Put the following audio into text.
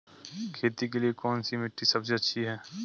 खेती के लिए कौन सी मिट्टी सबसे अच्छी है?